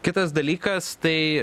kitas dalykas tai